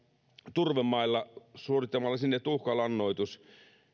turvemailla suorittamalla sinne tuhkalannoitus